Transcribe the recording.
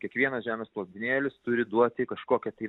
kiekvienas žemės lopinėlis turi duoti kažkokią tai